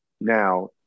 now